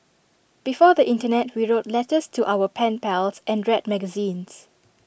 before the Internet we wrote letters to our pen pals and read magazines